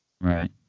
right